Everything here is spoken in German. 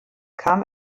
kam